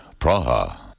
Praha